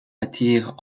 attire